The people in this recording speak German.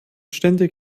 ständig